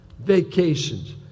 vacations